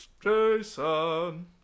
Jason